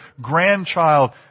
grandchild